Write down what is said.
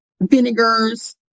Vinegars